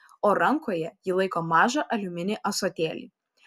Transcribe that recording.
o rankoje ji laiko mažą aliuminį ąsotėlį